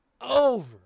over